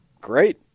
Great